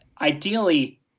ideally